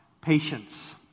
patience